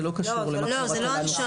זה לא קשור למחזור נוסף.